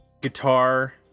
guitar